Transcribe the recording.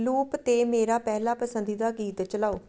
loop 'ਤੇ ਮੇਰਾ ਪਹਿਲਾ ਪਸੰਦੀਦਾ ਗੀਤ ਚਲਾਓ